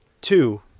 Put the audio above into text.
two